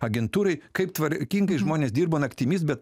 agentūrai kaip tvarkingai žmonės dirba naktimis bet